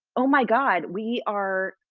oh my god we are